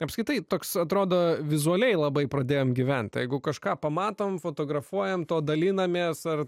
apskritai toks atrodo vizualiai labai pradėjome gyventi jeigu kažką pamatome fotografuojant o dalinamės ar